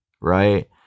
right